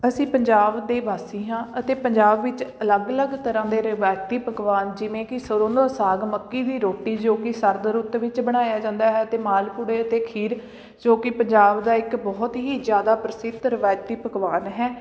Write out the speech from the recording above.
ਅਸੀਂ ਪੰਜਾਬ ਦੇ ਵਾਸੀ ਹਾਂ ਅਤੇ ਪੰਜਾਬ ਵਿੱਚ ਅਲੱਗ ਅਲੱਗ ਤਰ੍ਹਾਂ ਦੇ ਰਿਵਾਇਤੀ ਪਕਵਾਨ ਜਿਵੇਂ ਕਿ ਸਰ੍ਹੋਂ ਦਾ ਸਾਗ ਮੱਕੀ ਦੀ ਰੋਟੀ ਜੋ ਕਿ ਸਰਦ ਰੁੱਤ ਵਿੱਚ ਬਣਾਇਆ ਜਾਂਦਾ ਹੈ ਅਤੇ ਮਾਲ ਪੂੜੇ ਅਤੇ ਖੀਰ ਜੋ ਕਿ ਪੰਜਾਬ ਦਾ ਇੱਕ ਬਹੁਤ ਹੀ ਜ਼ਿਆਦਾ ਪ੍ਰਸਿੱਧ ਰਵਾਇਤੀ ਪਕਵਾਨ ਹੈ